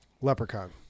Leprechaun